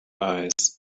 eyes